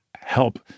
help